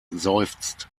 seufzt